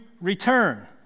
return